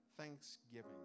thanksgiving